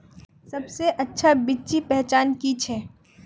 सबसे अच्छा बिच्ची पहचान की छे?